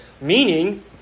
meaning